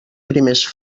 primers